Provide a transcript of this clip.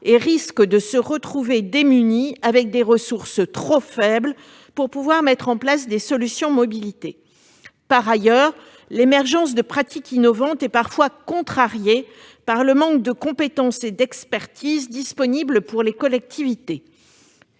et risquent de se retrouver démunies, leurs ressources s'avérant trop faibles pour pouvoir mettre en place des solutions de mobilités. Par ailleurs, l'émergence de pratiques innovantes est parfois contrariée par le manque de compétences et d'expertises disponibles pour les collectivités.